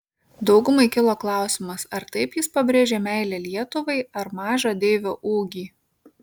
daugumai kilo klausimas ar taip jis pabrėžė meilę lietuvai ar mažą deivio ūgį